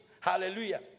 Hallelujah